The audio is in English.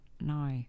No